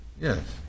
Yes